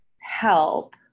help